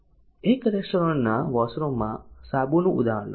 એક રેસ્ટોરન્ટના વોશરૂમ માં સાબુ નું ઉદાહરણ લો